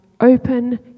Open